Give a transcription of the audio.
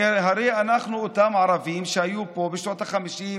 כי הרי אנחנו אותם ערבים שהיו פה בשנות החמישים